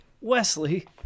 Wesley